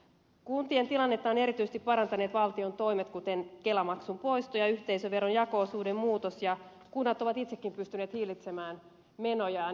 kuntien tilannetta ovat erityisesti parantaneet valtion toimet kuten kelamaksun poisto ja yhteisöveron jako osuuden muutos ja kunnat ovat itsekin pystyneet hillitsemään menojaan